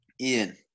Ian